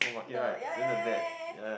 the ya ya ya ya ya ya